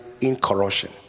incorruption